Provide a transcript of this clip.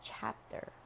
chapter